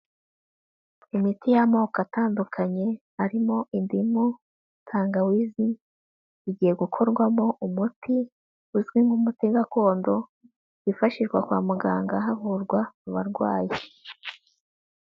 Imiti y'amoko atandukanye harimo indimu, tangawizi igiye gukorwamo umuti uzwi nk'umuti gakondo wifashishwa kwa muganga havurwa abarwayi.